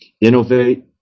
innovate